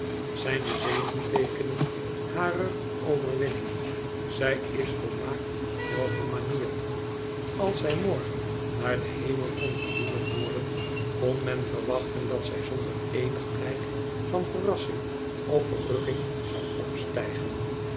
zijn de zegeteekenen harer overwinning zij is volmaakt welgemanierd als zij morgen naar den hemel kon gevoerd worden kon men verwachten dat zij zonder eenig blijk van verrassing of verrukking zou opstijgen